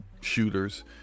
shooters